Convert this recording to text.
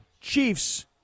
Chiefs